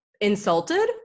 insulted